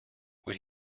when